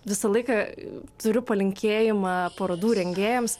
visą laiką turiu palinkėjimą parodų rengėjams